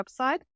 website